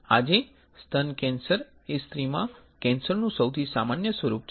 આજે સ્તન કેન્સર એ સ્ત્રીમાં કેન્સરનું સૌથી સામાન્ય સ્વરૂપ છે